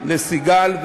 לסיגל,